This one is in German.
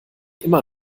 immer